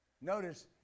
Notice